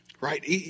Right